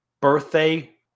Birthday